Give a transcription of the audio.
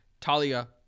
Talia